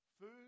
food